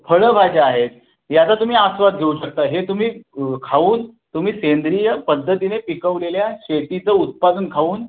फळंभाज्या आहेत याचा तुम्ही आस्वाद घेऊ शकता हे तुम्ही खाऊन तुम्ही सेंद्रिय पद्धतीने पिकवलेल्या शेतीचं उत्पादन खाऊन